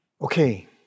Okay